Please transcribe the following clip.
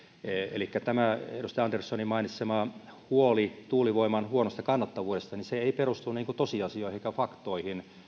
elikkä tämä edustaja anderssonin mainitsema huoli tuulivoiman huonosta kannattavuudesta ei perustu tosiasioihin eikä faktoihin